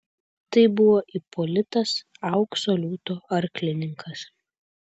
tai buvo ipolitas aukso liūto arklininkas